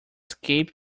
escape